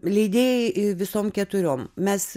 leidėjai visom keturiom mes